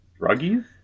Druggies